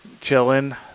chilling